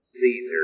Caesar